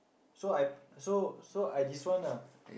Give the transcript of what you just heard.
so I so so I this one ah